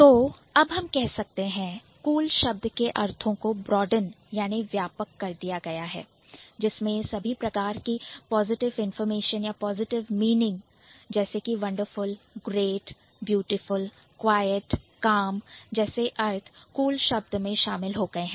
तो हम कह सकते हैं कि Cool शब्द के अर्थ को Broaden व्यापक कर दिया गया है जिसमें सभी प्रकार की Positive Information or Positive Meaning positive information या पॉजिटिव मीनिंग अर्थात सकारात्मक जानकारियां या सकारात्मक अर्थ जैसे किwonderful wonderful great great beautiful beautiful quiet calm जैसे अर्थ Cool शब्द में शामिल हो गए हैं